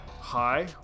Hi